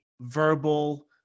verbal